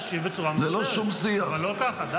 אתה תוכל להשיב בצורה מסודרת, אבל לא ככה.